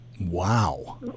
Wow